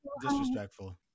disrespectful